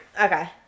Okay